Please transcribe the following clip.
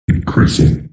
Increasing